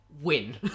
Win